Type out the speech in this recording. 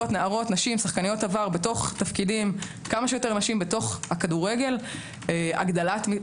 תקצוב כדורגל נשים.